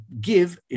give